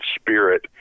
spirit